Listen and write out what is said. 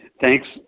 Thanks